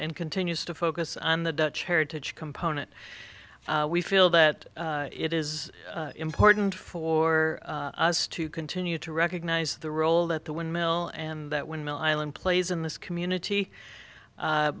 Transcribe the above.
and continues to focus on the dutch heritage component we feel that it is important for us to continue to recognise the role that the windmill and that windmill island plays in this community